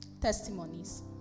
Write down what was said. Testimonies